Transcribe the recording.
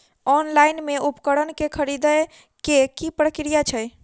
Online मे उपकरण केँ खरीदय केँ की प्रक्रिया छै?